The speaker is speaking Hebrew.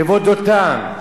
מבוא-דותן,